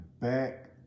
back